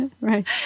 right